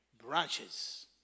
branches